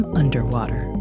underwater